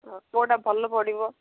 କେଉଁଟା ଭଲ ପଡ଼ିବ